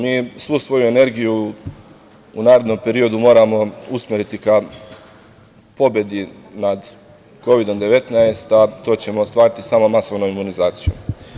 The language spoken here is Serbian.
Mi svu svoju energiju u narednom periodu moramo usmeriti ka pobedi nad Kovidom-19, a to ćemo ostvariti samo masovnom imunizacijom.